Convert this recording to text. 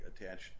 attached